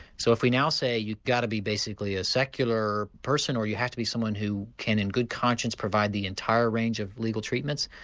so if we now say you've got to be basically a secular person, or you have to be someone who can, in good conscience, provide the entire range of legal treatments.